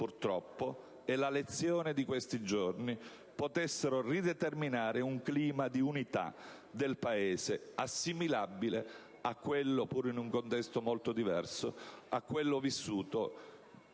purtroppo fondata, e la lezione di questi giorni potessero rideterminare un clima di unità del Paese assimilabile a quello vissuto, pur in un contesto molto diverso, con il Governo